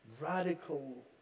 radical